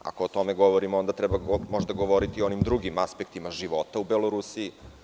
Ako o tome govorimo, onda možda treba govoriti o onim drugim aspektima života u Belorusiji.